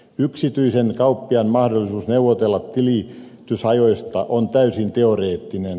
yksityisen kauppiaan mahdollisuus neuvotella tilitysajoista on täysin teoreettinen